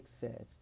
says